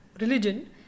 religion